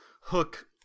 hook